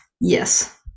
Yes